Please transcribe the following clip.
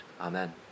Amen